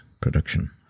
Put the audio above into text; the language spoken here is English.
production